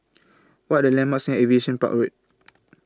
What Are The landmarks near Aviation Park Road